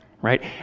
right